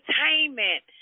entertainment